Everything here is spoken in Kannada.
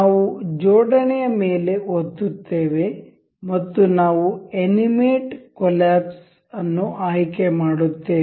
ನಾವು ಜೋಡಣೆಯ ಮೇಲೆ ಒತ್ತುತ್ತೇವೆ ಮತ್ತು ನಾವು ಅನಿಮೇಟ್ ಕೊಲ್ಯಾಪ್ಸ್ ಅನ್ನು ಆಯ್ಕೆ ಮಾಡುತ್ತೇವೆ